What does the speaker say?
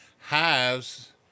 hives